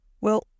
Well